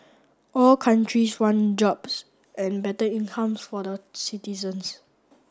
all countries want jobs and better incomes for the citizens